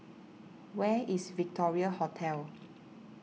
where is Victoria Hotel